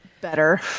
better